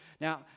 Now